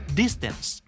distance